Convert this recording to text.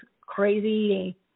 crazy